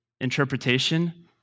interpretation